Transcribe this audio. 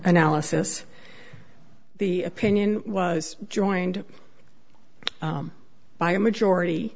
analysis the opinion was joined by a majority